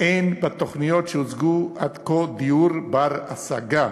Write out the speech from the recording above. אין בתוכניות שהוצגו עד כה דיור בר-השגה,